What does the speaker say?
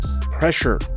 Pressure